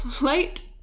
late